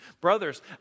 Brothers